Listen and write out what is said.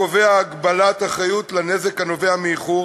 הקובע הגבלת אחריות לנזק הנובע מאיחור,